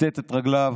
כיתת את רגליו,